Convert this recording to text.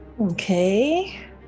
Okay